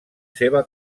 seva